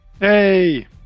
Hey